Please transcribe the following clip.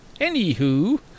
Anywho